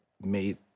made